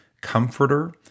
comforter